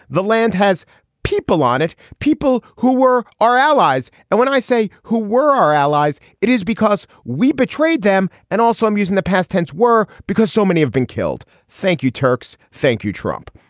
the land has people on it. people who were our allies and when i say who were our allies it is because we betrayed them. and also i'm using the past tense were because so many have been killed. thank you turks. thank you trump.